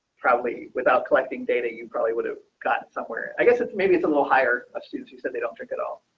probably without collecting data, you probably would have gotten somewhere. i guess it's maybe it's a little higher of students who said they don't drink at all.